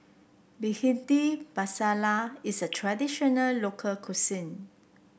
Bhindi Masala is a traditional local cuisine